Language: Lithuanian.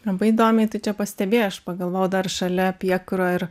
labai įdomiai tu čia pastebėjai aš pagalvojau dar šalia piekuro ir